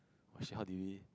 oh shit how do we